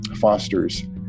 fosters